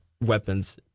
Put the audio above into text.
weapons